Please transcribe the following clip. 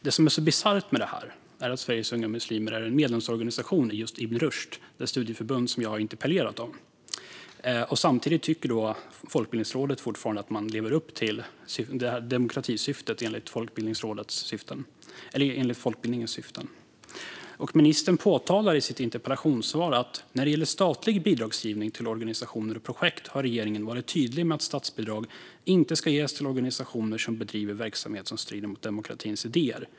Det bisarra med detta är att Sveriges Unga Muslimer är en medlemsorganisation i just Ibn Rushd, alltså det studieförbund som jag har interpellerat om, och samtidigt tycker Folkbildningsrådet fortfarande att förbundet lever upp till demokratisyftet enligt folkbildningens syften. Ministern påpekar i sitt interpellationssvar att när det gäller statlig bidragsgivning till organisationer och projekt har regeringen varit tydlig med att statsbidrag inte ska ges till organisationer som bedriver verksamhet som strider mot demokratins idéer.